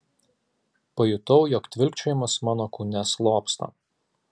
pajutau jog tvilkčiojimas mano kūne slopsta